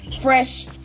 Fresh